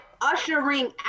ushering